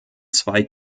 zwei